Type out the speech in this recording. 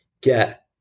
get